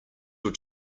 your